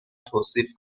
توصیف